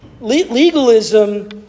Legalism